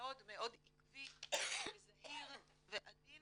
מאוד מאוד עקבי וזהיר ועדין